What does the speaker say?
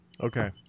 Okay